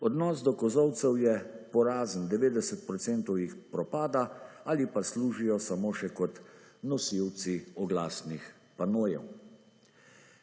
Odnos do kozolcev je porazen. 90 % jih propada ali pa služijo samo še kot nosilci oglasnih panojev.